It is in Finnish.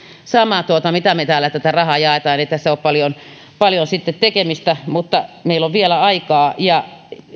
sama miten me täällä tätä rahaa jaamme ei tässä ole paljon sitten tekemistä mutta meillä on vielä aikaa ja